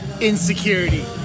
insecurity